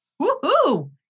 Woo-hoo